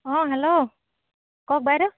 অঁ হেল্ল' কওক বাইদউ